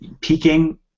peaking